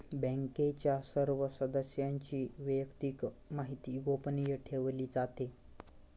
बँकेच्या सर्व सदस्यांची वैयक्तिक माहिती गोपनीय ठेवली जाते